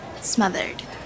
smothered